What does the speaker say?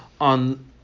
on